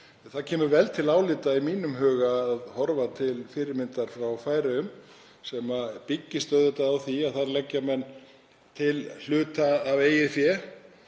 Það kemur vel til álita í mínum huga að horfa til fyrirmyndar frá Færeyjum sem byggist auðvitað á því að þar leggja menn til hluta af eigin fé